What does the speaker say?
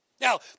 Now